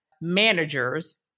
managers